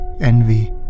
envy